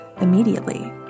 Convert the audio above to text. immediately